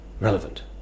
relevant